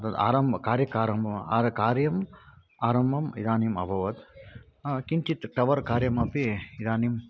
तद् आरम्भकार्यकारं कार्यम् आरम्भम् इदानीम् अभवत् किञ्चित् टवर् कार्यमपि इदानीम्